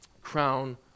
crown